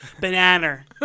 Banana